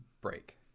break